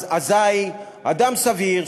אזי אדם סביר,